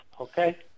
okay